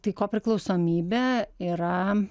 tai kopriklausomybė yra